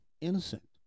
innocent